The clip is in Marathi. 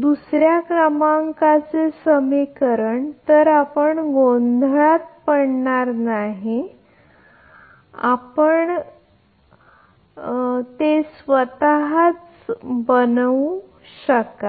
दुसरे क्रमांकाचे तर आपण गोंधळात पडणार नाही किंवा आपण काहीही म्हणाल तर आपण सहजतेने ते स्वतःच बनवू शकता